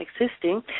existing